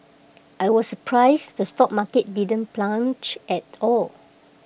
I was surprised the stock market didn't plunge at all